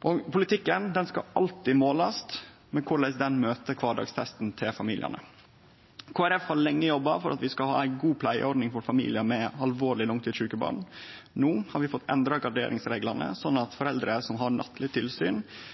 Politikken skal alltid målast på korleis han møter kvardagstesten til familiane. Kristeleg Folkeparti har lenge jobba for at vi skal ha ei god pleieordning for familiar med alvorleg langtidssjuke barn. No har vi fått endra graderingsreglane sånn at foreldre som har nattleg tilsyn